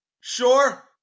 Sure